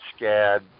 SCAD